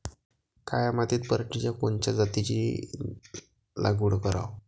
काळ्या मातीत पराटीच्या कोनच्या जातीची लागवड कराव?